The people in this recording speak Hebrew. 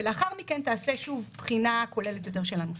ולאחר מכן תיעשה שוב בחינה כוללת יותר של הנושא.